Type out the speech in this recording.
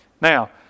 Now